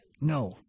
No